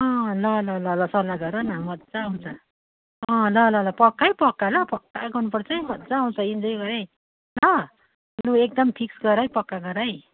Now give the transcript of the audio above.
अँ ल ल ल ल सल्लाह गर न मजा आउँछ अँ ल ल ल पक्का है पक्का ल पक्का गर्नुपर्छ है मजा आउँछ इन्जोय भयो है ल लु एकदम फिक्स गर है पक्का गर है